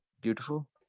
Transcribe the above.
beautiful